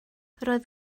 roedd